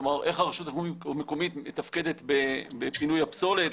כלומר, איך הרשות המקומית מתפקדת בפינוי הפסולת?